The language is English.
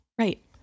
Right